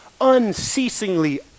unceasingly